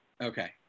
okay